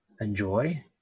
enjoy